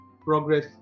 progress